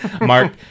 Mark